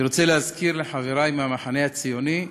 אני רוצה להזכיר לחברי מהמחנה הציוני,